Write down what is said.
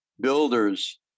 builders